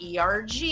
ERG